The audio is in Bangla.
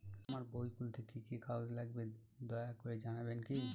আমার বই খুলতে কি কি কাগজ লাগবে দয়া করে জানাবেন কি?